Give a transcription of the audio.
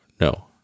No